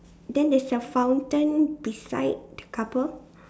then there's a fountain beside the couple